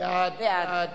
בעד